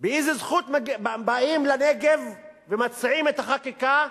באיזו זכות באים לנגב ומציעים את החקיקה,